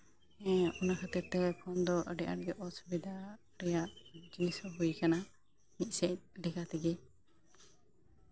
ᱦᱮᱸ ᱚᱱᱟ ᱠᱷᱟᱹᱛᱤᱨᱛᱮ ᱯᱷᱳᱱ ᱫᱚ ᱟᱹᱰᱤ ᱟᱸᱴ ᱚᱥᱩᱵᱤᱫᱟ ᱨᱮᱭᱟᱜ ᱡᱤᱱᱤᱥ ᱦᱚᱸ ᱦᱩᱭ ᱠᱟᱱᱟ ᱢᱤᱫ ᱥᱮᱫ ᱞᱮᱠᱟ ᱛᱮᱜᱮ